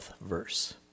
verse